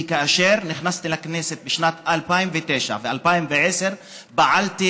כאשר נכנסתי לכנסת בשנת 2009 ו-2010 פעלתי